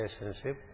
relationship